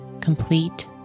complete